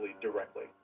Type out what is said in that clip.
directly